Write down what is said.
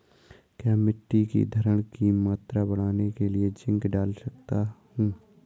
क्या मिट्टी की धरण की मात्रा बढ़ाने के लिए जिंक डाल सकता हूँ?